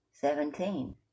Seventeen